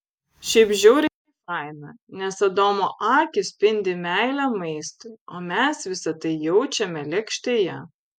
šiaip žiauriai faina nes adomo akys spindi meile maistui o mes visa tai jaučiame lėkštėje